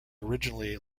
originally